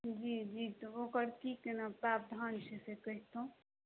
जी जी तऽ ओकर की केना प्रावधान छै से कहितहुँ